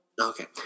Okay